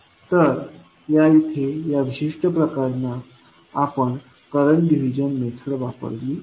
तर या येथे या विशिष्ट प्रकरणात आपण करंट डिव्हिजन मेथड वापरली आहे